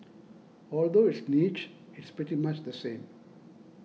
although it's niche it's pretty much the same